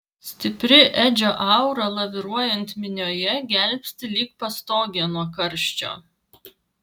stipri edžio aura laviruojant minioje gelbsti lyg pastogė nuo karščio